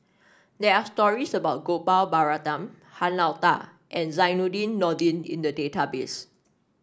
there are stories about Gopal Baratham Han Lao Da and Zainudin Nordin in the database